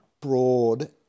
broad